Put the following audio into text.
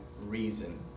Reason